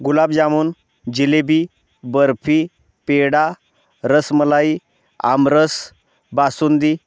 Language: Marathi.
गुलाबजामून जिलेबी बर्फी पेडा रसमलाई आमरस बासुंदी